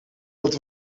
dat